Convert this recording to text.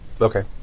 Okay